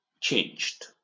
changed